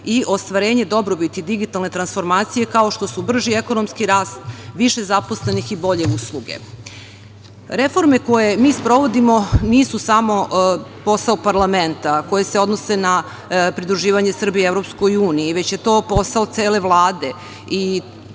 i ostvarenje dobrobiti digitalne transformacije kao što su brži ekonomski rast, više zaposlenih i bolje usluge. Reforme koje mi sprovodimo nisu samo posao parlamenta, koje se odnose na pridruživanje Srbije EU, već je to posao cele Vlade i